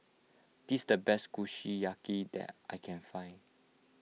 this is the best Kushiyaki that I can find